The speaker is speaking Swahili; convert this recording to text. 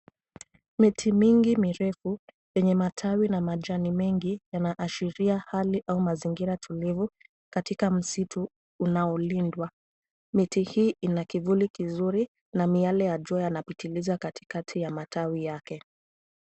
Miti mingi mirefu yenye matawi na majani mengi yanaashiria hali au mazingira tulivu katika msitu unaolindwa. Miti hii ina kivuli kizuri na miale ya jua yanapitiliza katikati ya matawi yake.